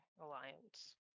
alliance